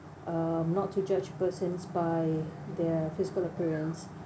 uh not to judge a person by their physical appearance